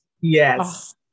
Yes